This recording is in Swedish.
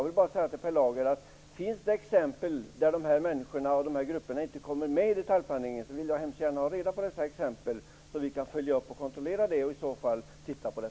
Finns det, Per Lager, exempel på att dessa grupper inte kommit med i detaljplaneringen vill jag hemskt gärna ha reda på det, så att vi kan kontrollera och följa upp det.